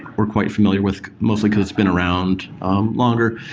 we're quite familiar with mostly because it's been around longer.